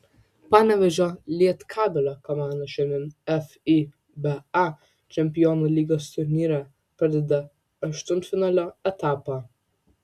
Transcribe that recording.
panevėžio lietkabelio komanda šiandien fiba čempionų lygos turnyre pradeda aštuntfinalio etapą